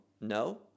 no